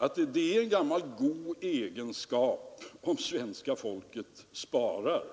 att det är en gammal god egenskap om svenska folket sparar.